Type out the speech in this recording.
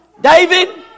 David